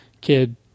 kid